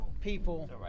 people